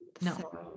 No